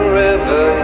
river